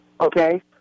Okay